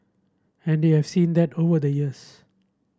and we've seen that over the years